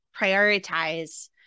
prioritize